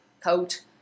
coat